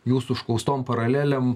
jūsų užklaustom paralelėm